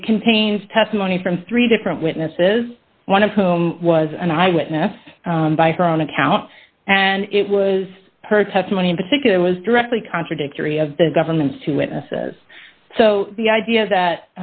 it contains testimony from three different witnesses one of whom was an eyewitness by her own account and it was her testimony in particular was directly contradictory of the government's two witnesses so the idea that